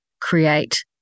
create